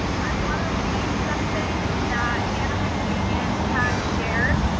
and i want to read something that anaheim union has shared.